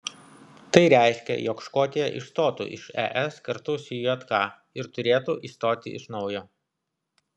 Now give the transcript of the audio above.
tai reiškia jog škotija išstotų iš es kartu su jk ir turėtų įstoti iš naujo